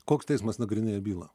koks teismas nagrinėja bylą